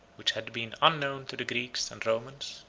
which had been unknown to the greeks and romans.